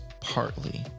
partly